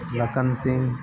Lakhan Singh